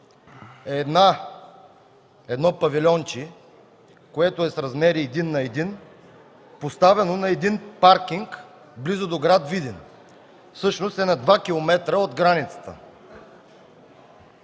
едно павилионче, което е с размер един на един, поставено на един паркинг близо, до град Видин. Всъщност е на 2 км от границата.